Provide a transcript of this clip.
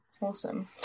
Awesome